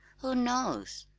who knows?